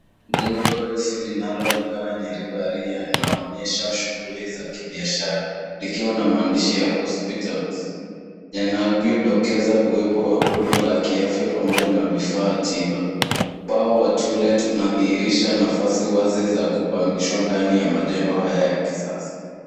Jengo refu linaloonekana lenye riba ya aria inaonesha shughuli za kibiashara likiwa na maandishi ya hospital yanavyo dokeza uwepo wa huduma za kiafya pamoja na vifaa tiba. Upawa wa to let unadhihirisha nafasi wazi za kupangishwa ndani ya majengo haya ya kisasa.